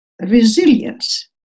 resilience